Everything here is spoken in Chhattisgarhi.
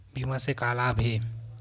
बीमा से का लाभ हे?